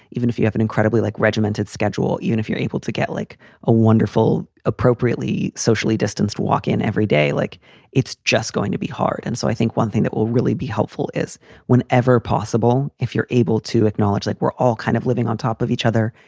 even if you have an incredibly like regimented schedule. even if you're able to get like a wonderful, appropriately, socially distanced walk in every day, like it's just going to be hard. and so i think one thing that will really be helpful is whenever possible. if you're able to acknowledge like we're all kind of living on top of each other,